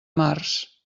març